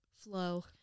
flow